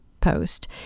post